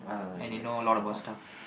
and you know a lot about stuff